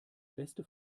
beste